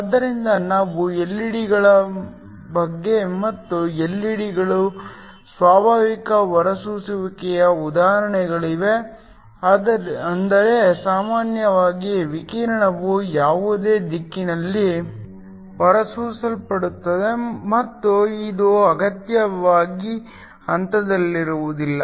ಆದ್ದರಿಂದ ನಾವು ಎಲ್ಇಡಿಗಳ ಬಗ್ಗೆ ಮತ್ತು ಎಲ್ಇಡಿಗಳು ಸ್ವಾಭಾವಿಕ ಹೊರಸೂಸುವಿಕೆಯ ಉದಾಹರಣೆಗಳಾಗಿವೆ ಅಂದರೆ ಸಾಮಾನ್ಯವಾಗಿ ವಿಕಿರಣವು ಯಾವುದೇ ದಿಕ್ಕಿನಲ್ಲಿ ಹೊರಸೂಸಲ್ಪಡುತ್ತದೆ ಮತ್ತು ಇದು ಅಗತ್ಯವಾಗಿ ಹಂತದಲ್ಲಿರುವುದಿಲ್ಲ